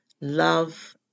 love